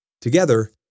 Together